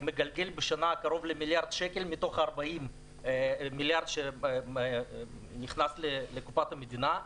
מגלגל בשנה קרוב למיליארד שקל מתוך ה-40 מיליארד שנכנס לקופת המדינה.